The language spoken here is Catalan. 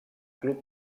club